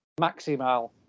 Maximal